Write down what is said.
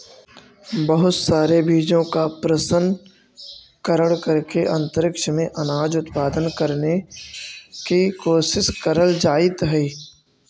बहुत सारे बीजों का प्रशन करण करके अंतरिक्ष में अनाज उत्पादन करने की कोशिश करल जाइत हई